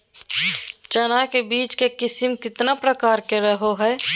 चना के बीज के किस्म कितना प्रकार के रहो हय?